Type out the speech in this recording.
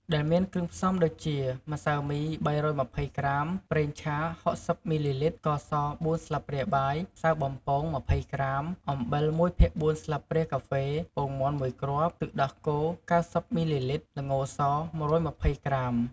ដែលមានគ្រឿងផ្សំដូចជា ម្សៅមី ៣២០ ក្រាម, ប្រេងឆា ៦០ មីលីលីត្រ, ស្ករស ៤ ស្លាបព្រាបាយ, ម្សៅបំពង ២០ ក្រាម, អំបិល ១ភាគ៤ ស្លាបព្រាកាហ្វេ, ពងមាន់ ១ គ្រាប់, ទឹកដោះគោ ៩០ មីលីលីត្រ, ល្ងស ១២០ ក្រាម។